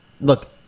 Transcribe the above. Look